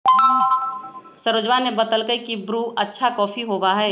सरोजवा ने बतल कई की ब्रू अच्छा कॉफी होबा हई